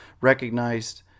recognized